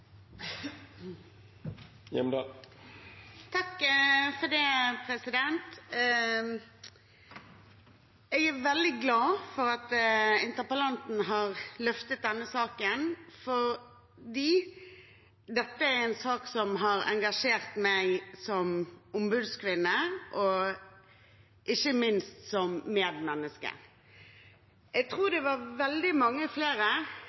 glad for at interpellanten har løftet denne saken, for dette er en sak som har engasjert meg som ombudskvinne, og ikke minst som medmenneske. Jeg tror det var veldig mange flere